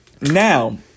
now